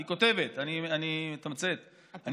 היא כותבת, אני מתמצת, אתה חייב לסיים.